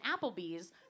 Applebee's